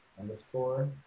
underscore